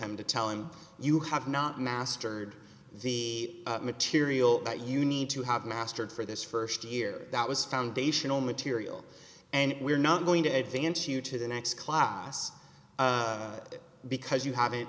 him to tell him you have not mastered the material that you need to have mastered for this first year that was foundational material and we're not going to advance you to the next class because you haven't